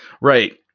right